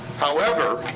however,